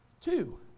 two